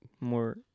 More